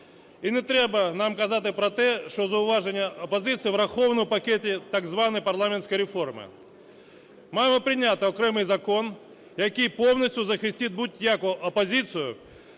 І не треба нам казати про те, що зауваження опозиції враховані у пакеті так званої "парламентської реформи". Маємо прийняти окремий закон, який повністю захистить будь-яку опозицію